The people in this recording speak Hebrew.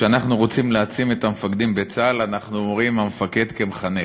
כשאנחנו רוצים להעצים את המפקדים בצה"ל אנחנו אומרים: המפקד כמחנך.